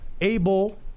able